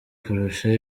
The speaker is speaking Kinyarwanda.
kurusha